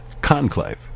Conclave